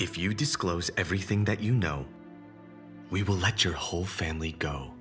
if you disclose everything that you know we will like your whole family go